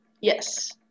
Yes